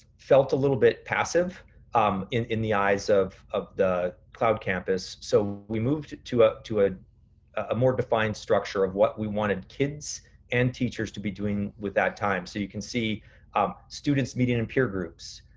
felt a little bit passive um in in the eyes of of the cloud campus so we moved to um to ah a more defined structure of what we wanted kids and teachers to be doing with that time. so you can see um students meeting in peer groups,